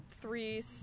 three